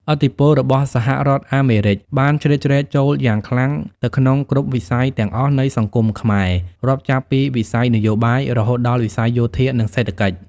ឥទ្ធិពលរបស់សហរដ្ឋអាមេរិកបានជ្រៀតជ្រែកចូលយ៉ាងខ្លាំងទៅក្នុងគ្រប់វិស័យទាំងអស់នៃសង្គមខ្មែរ រាប់ចាប់ពីវិស័យនយោបាយ រហូតដល់វិស័យយោធានិងសេដ្ឋកិច្ច។